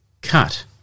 cut